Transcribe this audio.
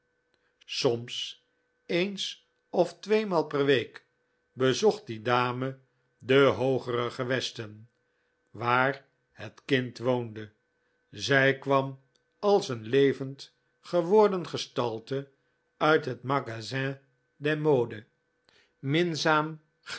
soms eens of tweemaal per week bezocht die dame de hoogere gewesten waar het kind woonde zij kwam als een levend geworden gestalte uit het magasin des modes